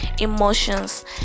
emotions